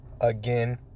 Again